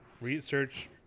research